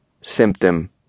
symptom